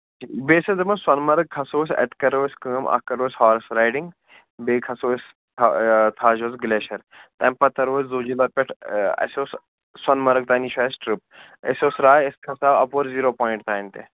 بیٚیہِ ٲسۍ أسۍ دَپان سونہٕ مَرٕگ کھسَو أسۍ اَتہِ کرو أسۍ کٲم اکھ کرو أسۍ ہارٕس رایڈِنٛگ بیٚیہِ کھسَو أسۍ تھاجواس گِلیشَر تَمہِ پَتہٕ ترو أسۍ زوجِلا پٮ۪ٹھ اَسہِ اوس سونہٕ مَرٕگ تانی چھِ اَسہِ ٹرٛپ اَسہِ اوس راے أسۍ کھسو اَپور زیٖرو پوایِنٛٹ تانۍ تہِ